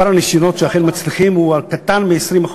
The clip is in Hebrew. שיעור הניסיונות שאכן מצליחים הוא קטן מ-20%.